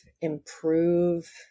improve